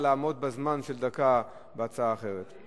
את גם מודעת לזה.